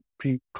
people